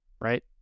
right